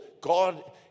God